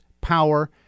power